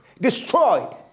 destroyed